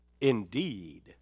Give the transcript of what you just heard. Indeed